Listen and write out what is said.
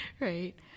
Right